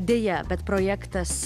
deja bet projektas